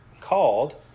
called